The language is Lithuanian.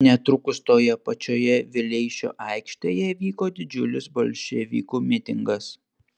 netrukus toje pačioje vileišio aikštėje vyko didžiulis bolševikų mitingas